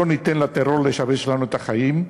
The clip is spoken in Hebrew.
לא ניתן לטרור לשבש לנו את החיים,